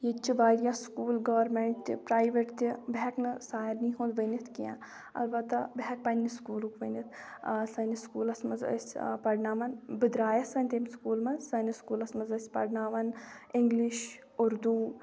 ییٚتہِ چھِ واریاہ سکوٗل گورمینٛٹ تہِ پرٛیویٹ تہِ بہٕ ہٮ۪کہٕ نہٕ سارنٕے ہُنٛد ؤنِتھ کینٛہہ اَلبتہ بہٕ ہٮ۪کہٕ پنٛنہِ سکوٗلُک ؤنِتھ سٲنِس سکوٗلس منٛز ٲسۍ پَرناوَان بہٕ درٛایَس وۄنۍ تَمہِ سکوٗلہٕ منٛز سٲنِس سکوٗلَس منٛز ٲسۍ پَرناوان اِنگلِش اُردو